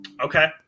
Okay